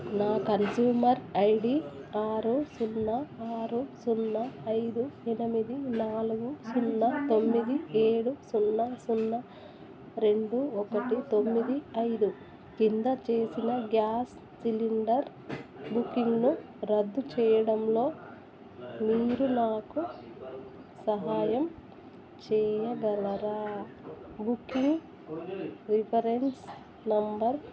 నా consumer ID ఆరు సున్నా ఆరు సున్నా ఐదు ఎనమిది నాలుగు సున్నా తొమ్మిది ఏడు సున్నా సున్నా రెండు ఒకటి తొమ్మిది ఐదు కింద చేసిన గ్యాస్ సిలిండర్ బుకింగ్ను రద్దు చేయడంలో మీరు నాకు సహాయం చేయగలరా బుకింగ్ రిఫరెన్స్ నెంబర్